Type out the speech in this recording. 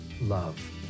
love